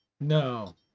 No